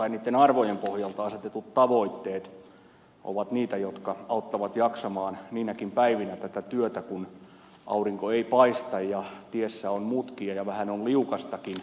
niitten arvojen pohjalta asetetut tavoitteet ovat niitä jotka auttavat jaksamaan tätä työtä niinäkin päivinä kun aurinko ei paista ja tiessä on mutkia ja vähän on liukastakin